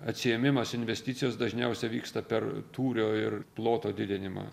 atsiėmimas investicijos dažniausiai vyksta per tūrio ir ploto didinimą